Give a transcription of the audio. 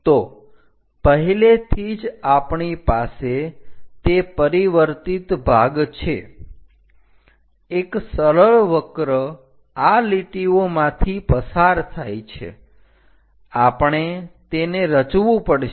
તો પહેલેથી જ આપણી પાસે તે પરિવર્તિત ભાગ છે એક સરળ વક્ર આ લીટીઓમાંથી પસાર થાય છે આપણે તેને રચવું પડશે